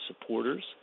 supporters